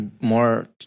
more